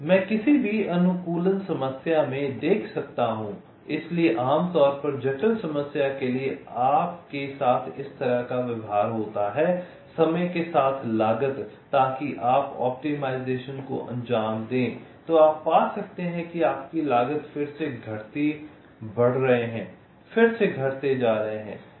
मैं किसी भी अनुकूलन समस्या में देख सकता हूँ इसलिए आमतौर पर जटिल समस्या के लिए आपके साथ इस तरह का व्यवहार होता है समय के साथ लागत ताकि आप ऑप्टिमाइज़ेशन को अंजाम दें तो आप पा सकते हैं कि आपकी लागत फिर से घटते बढ़ रहे हैं फिर से घटते जा रहे हैं